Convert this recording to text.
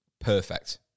perfect